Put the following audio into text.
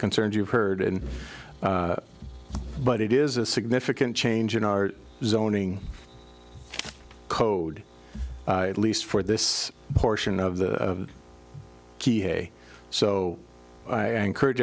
concerns you've heard in but it is a significant change in our zoning code at least for this portion of the key hey so i encourage